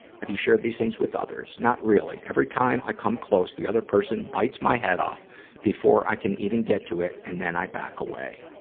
have you shared these things with others? not really. every time i come close, the other person bites my head off before i can even get to it, and then i back away.